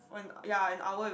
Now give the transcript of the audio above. when got ya an hour with